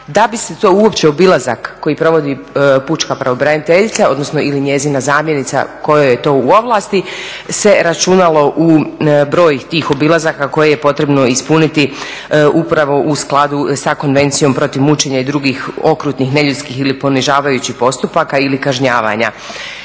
da bi se to uopće obilazak koji provodi pučka pravobraniteljica odnosno njezina zamjenica kojoj je to u ovlasti se računalo u broj tih obilazaka koje je potrebno ispuniti upravo u skladu sa Konvencijom protiv mučenja i drugih okrutnih neljudskih ili ponižavajućih postupaka ili kažnjavanja.